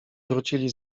wrócili